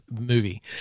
movie